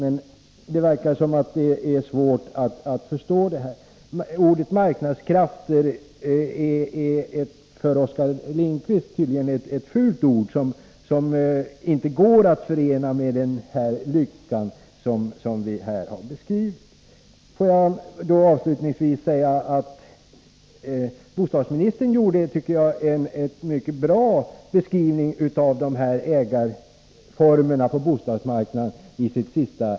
Men det verkar som om han har svårt att förstå detta. Ordet ”marknadskrafter” är tydligen för Oskar Lindkvist ett fult ord, som inte går att förena med den lycka som vi här har beskrivit. Får jag avslutningsvis säga att bostadsministern i sitt senaste inlägg gjorde en mycket bra beskrivning av de olika ägarformerna på bostadsmarknaden.